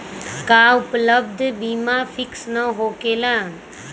का उपलब्ध बीमा फिक्स न होकेला?